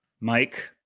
Mike